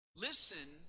Listen